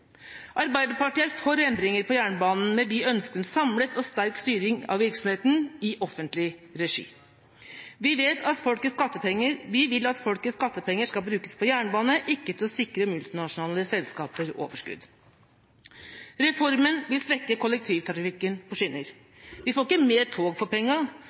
Arbeiderpartiet er for endringer på jernbanen, men vi ønsker en samlet og sterk styring av virksomheten i offentlig regi. Vi vil at folkets skattepenger skal brukes på jernbane – ikke til å sikre multinasjonale selskaper overskudd. Reformen vil svekke kollektivtrafikken på skinner. Vi får ikke mer tog for